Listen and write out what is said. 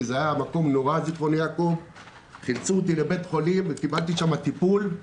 זכרון יעקב היה מקום נורא חילצו אותי לבית חולים וקיבלתי שם טיפול.